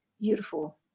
Beautiful